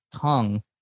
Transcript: tongue